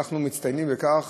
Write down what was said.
אנחנו מצטיינים בכך